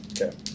Okay